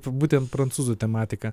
būtent prancūzų tematika